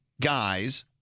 guys